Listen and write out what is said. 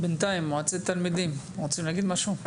בינתיים, מועצת התלמידים, רוצים להגיד משהו?